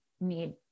need